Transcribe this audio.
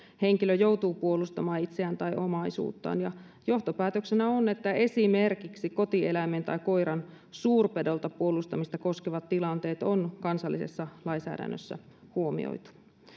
henkilö joutuu puolustamaan itseään tai omaisuuttaan johtopäätöksenä on että esimerkiksi kotieläimen tai koiran suurpedolta puolustamista koskevat tilanteet on kansallisessa lainsäädännössä huomioitu